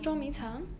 uh